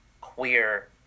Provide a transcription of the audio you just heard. queer